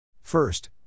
First